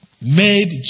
made